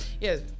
Yes